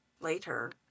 Later